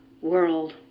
world